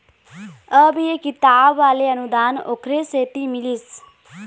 अब ये किताब वाले अनुदान ओखरे सेती मिलिस